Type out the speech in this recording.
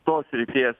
tos srities